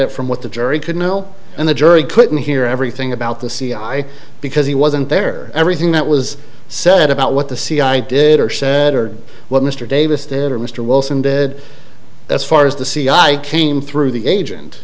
it from what the jury could know and the jury couldn't hear everything about the cia because he wasn't there everything that was said about what the cia did or said or what mr davis did or mr wilson dead as far as the c i came through the agent